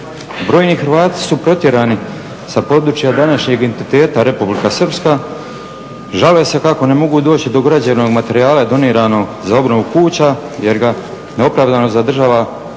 Brojni Hrvati su protjerani sa područja današnjeg entiteta Republika Srpska, žele se kako ne mogu doći do građevnog materijala doniranog za obnovu kuća jer ga neopravdano zadržava na